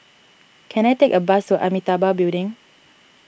can I take a bus to Amitabha Building